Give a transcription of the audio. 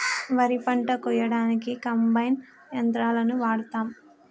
వరి పంట కోయడానికి కంబైన్ యంత్రాలని వాడతాం